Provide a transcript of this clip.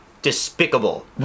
despicable